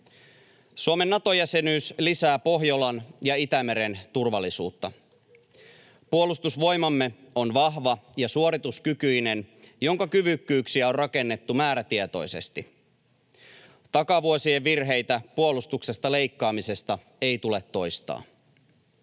Suomen Nato-jäsenyys lisää Pohjolan ja Itämeren turvallisuutta. Puolustusvoimamme on vahva ja suorituskykyinen, jonka kyvykkyyksiä on rakennettu määrätietoisesti. Takavuosien virheitä puolustuksesta leikkaamisesta ei tule toistaa.